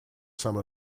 some